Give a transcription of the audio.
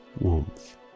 warmth